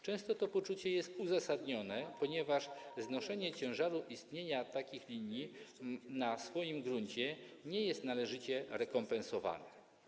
Często to poczucie jest uzasadnione, ponieważ muszą znosić ciężar istnienia takich linii na ich gruncie, a nie jest to należycie rekompensowane.